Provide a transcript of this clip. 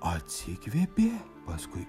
atsikvėpė paskui